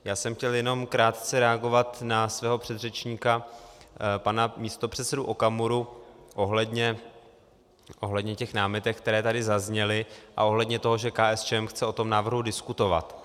Já jsem chtěl jenom krátce reagovat na svého předřečníka pana místopředsedu Okamuru ohledně těch námitek, které tady zazněly, a ohledně toho, že KSČM chce o tom návrhu diskutovat.